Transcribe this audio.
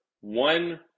one